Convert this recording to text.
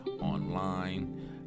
online